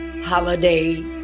holiday